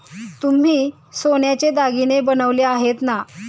तुम्ही सोन्याचे दागिने बनवले आहेत ना?